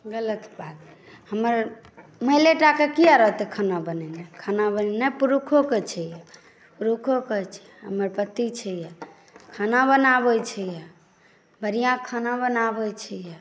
गलत बात हमर महिलेटाकेँ किया रहतै खाना बनेनाइ खाना बनेनाइ पुरुषोके छै पुरुषोके छै हमर पति छै यए खाना बनाबैत छै यए बढ़िआँ खाना बनाबैत छै यए